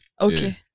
okay